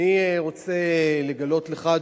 אני רוצה לגלות לך,